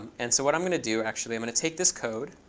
and so what i'm going to do, actually, i'm going to take this code.